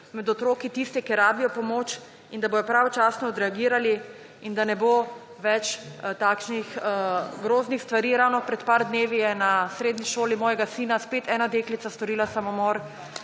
med otroki tiste, ki rabijo pomoč, in da bojo pravočasno odreagirali in da ne bo več takšnih groznih stvari. Ravno pred par dnevi je na srednji šoli mojega sina spet ena deklica storila samomor